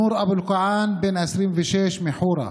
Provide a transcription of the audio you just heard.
נור אבו אלקיעאן, בן 26, מחורה,